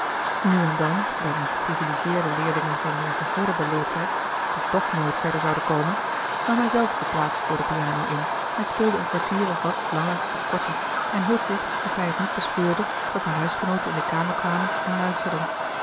nu en dan bij zijne geprivilegieerde leerlingen van meer gevorderden leeftijd die toch nooit verder zouden komen nam hij zelf de plaats voor de piano in en speelde een kwartier of wat langer of korter en hield zich of hij het niet bespeurde dat de huisgenooten in de kamer gerard keller het testament van mevrouw de tonnette kwamen en luisterden